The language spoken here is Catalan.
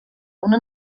una